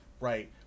right